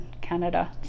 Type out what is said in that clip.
Canada